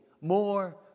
More